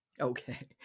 Okay